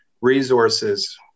resources